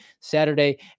saturday